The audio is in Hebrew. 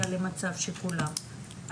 אני